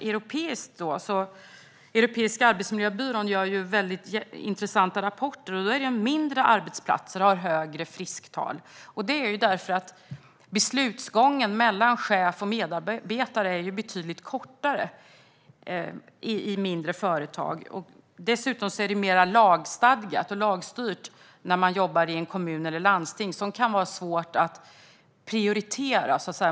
Europeiska arbetsmiljöbyrån gör intressanta rapporter. Där kan man se att mindre arbetsplatser har högre frisktal. Det är för att beslutsgången mellan chef och medarbetare är betydligt kortare i mindre företag. Dessutom är det mer som är lagstyrt i en kommun eller ett landsting, och det kan göra det svårt att prioritera.